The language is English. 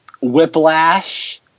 Whiplash